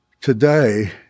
today